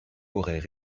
auraient